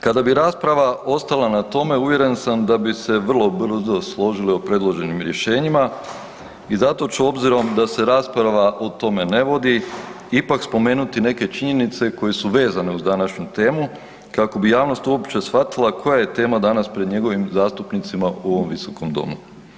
Kada bi rasprava ostala na tome uvjeren sam da bi se vrlo brzo složili o predloženim rješenjima i zato ću obzirom da se rasprava o tome ne vodi ipak spomenuti neke činjenice koje su vezane uz današnju temu kako bi javnost uopće shvatila koja je tema danas pred njegovim zastupnicima u ovom Visokom domu.